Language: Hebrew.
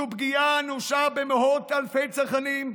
זו פגיעה אנושה במאות אלפי צרכנים,